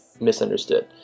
misunderstood